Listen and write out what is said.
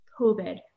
COVID